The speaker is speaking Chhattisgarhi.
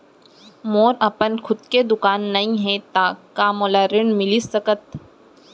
मोर अपन खुद के दुकान नई हे त का मोला ऋण मिलिस सकत?